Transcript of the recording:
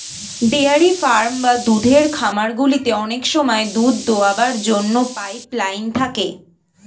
dairy farm বা দুধের খামারগুলিতে অনেক সময় দুধ দোয়াবার জন্য পাইপ লাইন থাকে